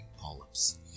polyps